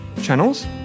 channels